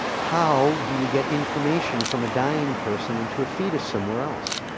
how do you get information from a dying person into a fetus somewhere else?